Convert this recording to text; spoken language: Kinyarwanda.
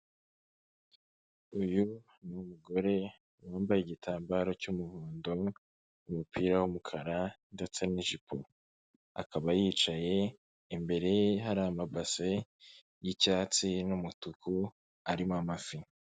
Uyu ni umugore wambaye igitambaro cy'umuhondo umupira w'umukara ndetse n'ijipo, akaba yicaye imbere ye hari amabase y'icyatsi n'umutuku arimo amafi.